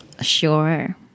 Sure